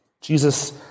Jesus